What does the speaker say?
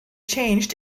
changed